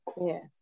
Yes